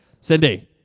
Cindy